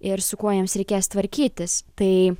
ir su kuo jiems reikės tvarkytis tai